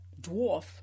dwarf